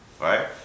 right